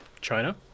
China